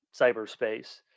cyberspace